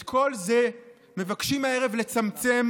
את כל זה מבקשים הערב לצמצם,